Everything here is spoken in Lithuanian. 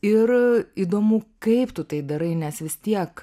ir įdomu kaip tu tai darai nes vis tiek